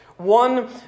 One